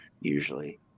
usually